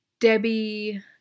Debbie